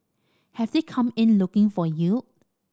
have they come in looking for yield